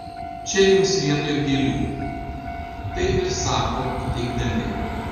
čia jums vietoj gėlių taip ir sako įteikdami